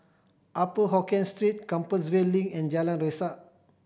Upper Hokkien Street Compassvale Link and Jalan Resak